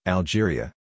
Algeria